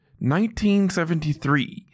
1973